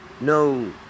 no